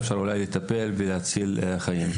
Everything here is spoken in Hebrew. אפשר אולי לטפל ולהציל חיים.